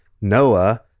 Noah